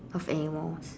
of animals